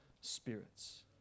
spirits